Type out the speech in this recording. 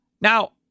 Now